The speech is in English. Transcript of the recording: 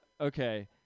Okay